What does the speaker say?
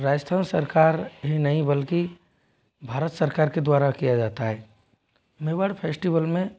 राजस्थान सरकार ही नहीं बल्कि भारत सरकार के द्वारा किया जाता है मेवाड़ फेस्टिवल में